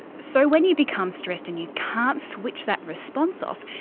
so when you become stressed and you can't switch that response off,